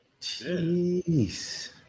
Jeez